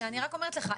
שאני רק אומרת לך,